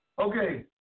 Okay